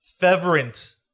feverent